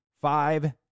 five